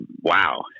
wow